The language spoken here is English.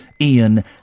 Ian